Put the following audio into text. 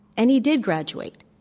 and he did graduate,